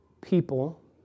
people